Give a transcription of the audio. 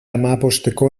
hamabosteko